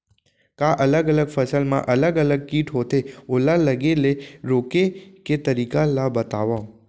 का अलग अलग फसल मा अलग अलग किट होथे, ओला लगे ले रोके के तरीका ला बतावव?